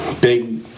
big